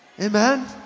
Amen